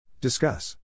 Discuss